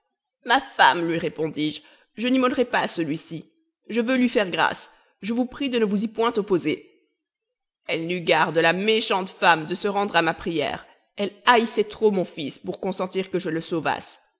ma femme lui répondis-je je n'immolerai pas celui-ci je veux lui faire grâce je vous prie de ne vous y point opposer elle n'eut garde la méchante femme de se rendre à ma prière elle haïssait trop mon fils pour consentir que je le sauvasse